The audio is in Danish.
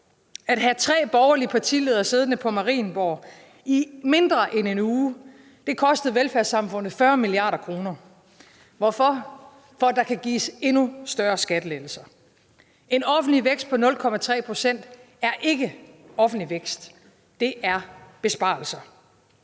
At have tre borgerlige partiledere siddende på Marienborg i mindre end en uge har kostet velfærdssamfundet 40 mia. kr. Hvorfor? For at der kan gives endnu større skattelettelser. En offentlig vækst på 0,3 pct. er ikke offentlig vækst. Det er besparelser.